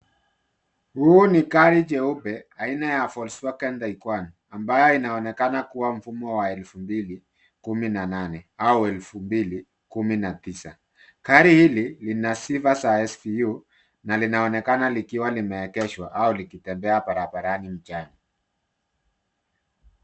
Huu ni gari jeupe aina ya Volkswagen laiquan, ambaye inaonekana kuwa mfumo wa elfu mbili kumi na nane au elfu mbili kumi na tisa. Gari hili lina sifa za svu na linaonekana likiwa limeegeshwa au likitembea barabarani mchana.